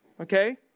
okay